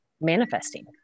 manifesting